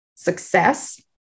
success